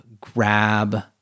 grab